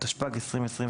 התשפ"ג-2023".